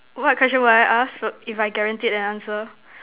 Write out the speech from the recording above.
what question will I ask if I guaranteed an answer